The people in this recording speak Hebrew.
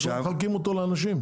לא מחלקים אותו לאנשים.